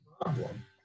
problem